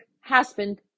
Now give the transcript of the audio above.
husband